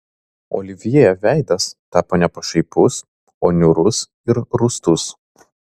olivjė veidas tapo ne pašaipus o niūrus ir rūstus